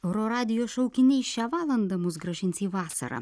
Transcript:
oro radijo šaukiniai šią valandą mus grąžins į vasarą